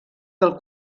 del